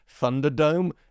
Thunderdome